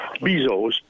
Bezos